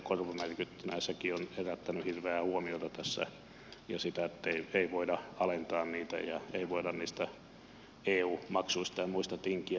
sekin on herättänyt hirveää huomiota tässä ja se ettei voida alentaa niitä ja ei voida niistä eu maksuista ja muista tinkiä